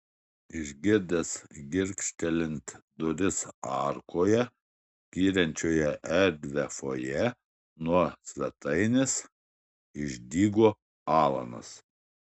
išgirdęs girgžtelint duris arkoje skiriančioje erdvią fojė nuo svetainės išdygo alanas